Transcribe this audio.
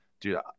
Dude